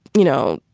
you know,